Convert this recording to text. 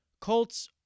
Colts